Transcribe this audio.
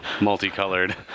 multicolored